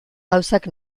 gauzak